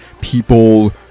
people